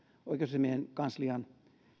oikeusasiamiehen kanslian